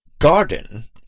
garden